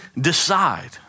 decide